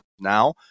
now